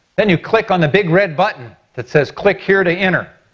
then you click on the big red button that says click here to enter.